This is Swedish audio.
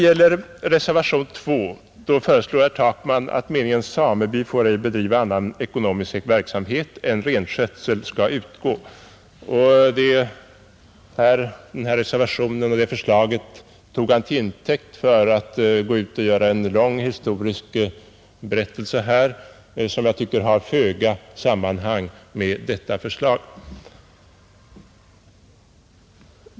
I reservationen 2 föreslår herr Takman att meningen ”Sameby får ej bedriva annan ekonomisk verksamhet än renskötsel” skall utgå. Det förslaget tog herr Takman till intäkt för en lång historisk berättelse, som jag tyckte hade föga sammanhang med förslaget.